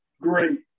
great